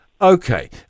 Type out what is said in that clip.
Okay